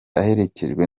aherekejwe